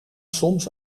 soms